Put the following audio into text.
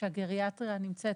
בו הגריאטריה נמצאת